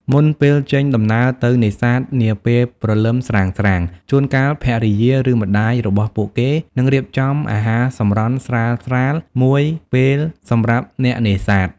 មុនពេលចេញដំណើរទៅនេសាទនាពេលព្រលឹមស្រាងៗ ជួនកាលភរិយា ឬម្តាយរបស់ពួកគេនឹងរៀបចំអាហារសម្រន់ស្រាលៗមួយពេលសម្រាប់អ្នកនេសាទ។